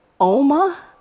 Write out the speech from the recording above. Oma